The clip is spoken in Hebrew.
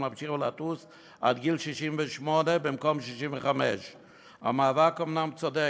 להמשיך לטוס עד גיל 68 במקום 65. המאבק אומנם צודק,